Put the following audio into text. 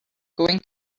going